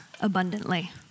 abundantly